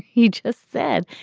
he just said,